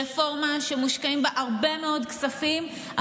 רפורמה שמושקעים בה הרבה מאוד כספים,